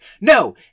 no